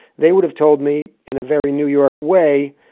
they would have told me in a very new york way,